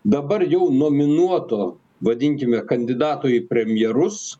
dabar jaunominuoto vadinkime kandidato į premjerus